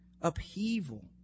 upheaval